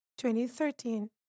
2013